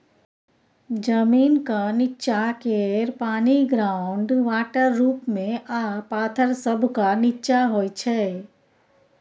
जमीनक नींच्चाँ केर पानि ग्राउंड वाटर रुप मे आ पाथर सभक नींच्चाँ होइ छै